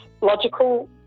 logical